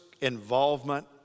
involvement